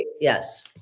Yes